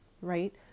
right